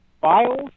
files